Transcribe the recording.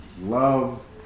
love